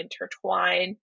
intertwine